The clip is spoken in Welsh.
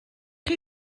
chi